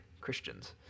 Christians